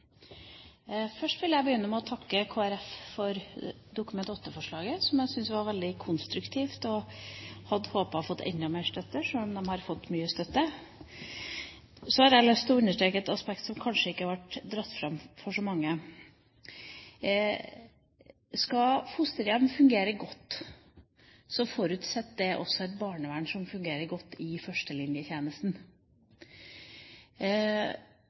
Først vil jeg begynne med å takke Kristelig Folkeparti for dette Dokument 8-forslaget, som jeg syns er veldig konstruktivt, og som jeg hadde håpet hadde fått enda mer støtte, sjøl om de har fått mye støtte. Så har jeg lyst til å understreke et aspekt som kanskje ikke har vært dratt fram av så mange: Skal fosterhjem fungere godt, forutsetter det også et barnevern som fungerer godt i førstelinjetjenesten.